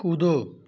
कूदो